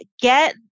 Get